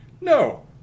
no